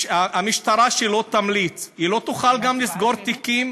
המשטרה, שלא תמליץ, היא לא תוכל גם לסגור תיקים?